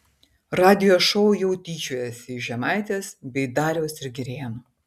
radijo šou jau tyčiojasi iš žemaitės bei dariaus ir girėno